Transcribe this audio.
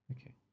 Okay